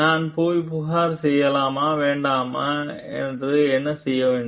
நான் போய் புகார் செய்யலாமா வேண்டாமா என்ன செய்ய வேண்டும்